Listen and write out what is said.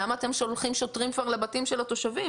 למה אתם שולחים שוטרים כבר לבתים של התושבים.